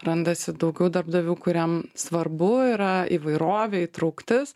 randasi daugiau darbdavių kuriem svarbu yra įvairovė įtrauktis